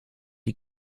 die